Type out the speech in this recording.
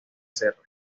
sarre